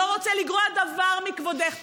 לא רוצה לגרוע דבר מכבודך.